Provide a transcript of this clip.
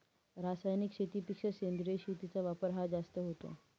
रासायनिक शेतीपेक्षा सेंद्रिय शेतीचा वापर हा जास्त होतो